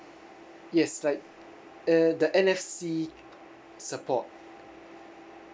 yes like uh the N_F_C support